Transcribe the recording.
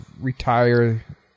retire